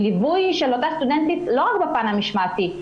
ליווי של אותה סטודנטית לא רק בפן המשמעתי,